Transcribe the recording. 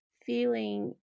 feeling